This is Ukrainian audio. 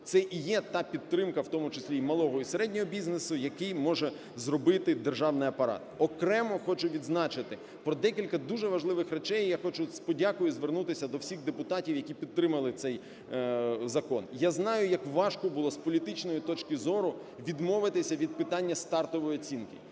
це і є та підтримка, в тому числі малого і середнього бізнесу, який може зробити державний апарат. Окремо хочу відзначити про декілька дуже важливих речей. Я хочу з подякою звернутися до всіх депутатів, які підтримали цей закон. Я знаю, як важко було з політичної точки зору відмовитися від питання стартової оцінки.